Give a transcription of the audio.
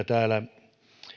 täällä